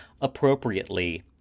appropriately